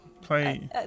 Play